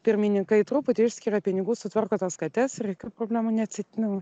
pirmininkai truputį išskiria pinigų sutvarko tas kates ir jokių problemų nesi nu